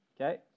okay